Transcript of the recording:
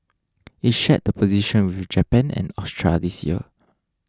it shared the position with Japan and Austria this year